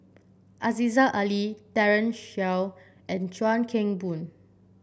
Aziza Ali Daren Shiau and Chuan Keng Boon